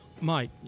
Mike